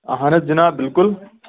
اہَن حظ جِناب بِلکُل